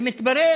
מתברר